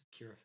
Kira